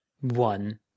one